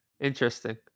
interesting